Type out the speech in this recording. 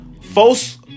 folks